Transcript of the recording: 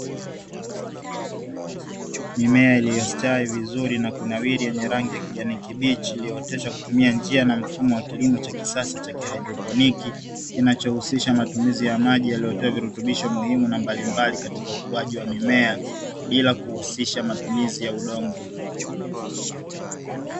Mimea iliyostawi vizuri na kunawiri yenye rangi ya kijani kibichi, iliyoteshwa kutumia njia na mfumo wa kilimo cha kisasa cha haidroponi, kinachohusisha matumizi ya maji yaliyotiwa virutubisho muhimu na mbalimbali katika ukuaji wa mimea, bila kuhusisha matumizi ya udongo.